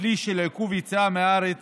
לכלי של עיכוב יציאה מהארץ